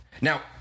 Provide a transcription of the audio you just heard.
Now